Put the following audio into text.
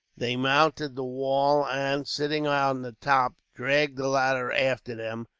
they mounted the wall and, sitting on the top, dragged the ladder after them,